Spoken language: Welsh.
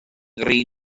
rhy